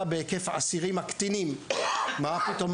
בהיקף האסירים הקטינים מה פתאום?